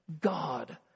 God